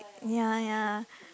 ya ya